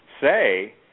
say